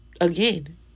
again